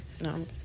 No